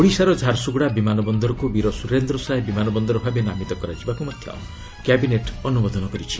ଓଡ଼ିଶାର ଝାରସୁଗୁଡ଼ା ବିମାନ ବନ୍ଦରକୁ ବୀର ସୁରେନ୍ଦ୍ର ସାଏ ବିମାନ ବନ୍ଦର ଭାବେ ନାମିତ କରାଯିବାକୁ ମଧ୍ୟ କ୍ୟାବିନେଟ୍ ଅନୁମୋଦନ କରିଛି